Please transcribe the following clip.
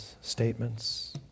statements